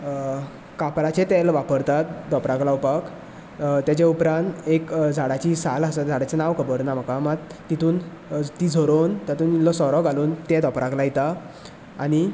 काफराचे तेल वापरता धोंपराक लावपाक तेचे उपरांत एक झाडाची साल आसा झाडाचे नांव खबर ना म्हाका मात तितून ती झरोन तातूंत इल्लो सोरो घालून तें धोंपराक लायतां आनी